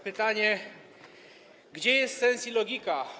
Pytanie: Gdzie tu jest sens i logika?